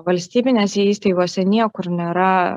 valstybinėse įstaigose niekur nėra